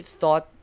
thought